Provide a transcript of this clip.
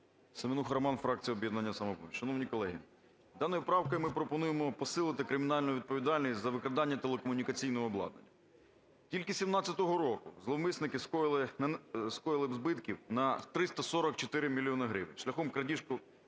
СеменухаРоман, фракція "Об'єднання "Самопоміч". Шановні колеги, даною правкою ми пропонуємо посилити кримінальну відповідальність за викрадання телекомунікаційного обладнання. Тільки 17-го року зловмисники скоїли збитків на 344 мільйони гривень шляхом крадіжки